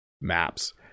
Maps